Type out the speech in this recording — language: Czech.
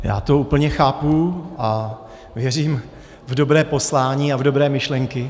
Já to úplně chápu a věřím v dobré poslání a v dobré myšlenky.